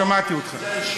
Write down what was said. לא שמעתי אותך.